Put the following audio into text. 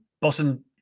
Boston